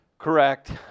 Correct